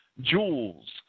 jewels